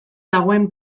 dagoen